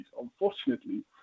unfortunately